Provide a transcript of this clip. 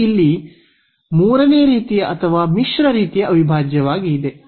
ಇದು ಇಲ್ಲಿ ಮೂರನೇ ರೀತಿಯ ಅಥವಾ ಮಿಶ್ರ ರೀತಿಯ ಅವಿಭಾಜ್ಯವಾಗಿದೆ